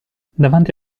davanti